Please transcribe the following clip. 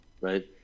right